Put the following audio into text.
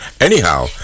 Anyhow